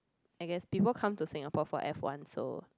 I guess people come to Singapore for F-one so